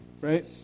Right